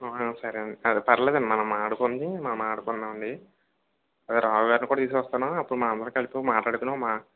సరేనండి అదే పర్లేదండి మనం మాట్లాడుకుంది మనం మాట్లాడుకుందామండి అదే రావ్ గారిని కూడ తీసుకొస్తాను అప్పుడు మనమందరం మాట్లాడుకొని కలిపి ఒక మాటాడుకుని ఒక మాట